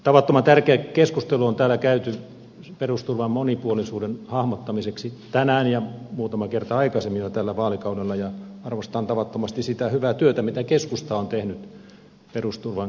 tavattoman tärkeä keskustelu on täällä käyty perusturvan monipuolisuuden hahmottamiseksi tänään ja muutama kerta aikaisemmin jo tällä vaalikaudella ja arvostan tavattomasti sitä hyvää työtä mitä keskusta on tehnyt perusturvan kehittämisessä